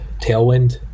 Tailwind